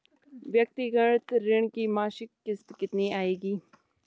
व्यक्तिगत ऋण की मासिक किश्त कितनी आएगी?